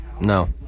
No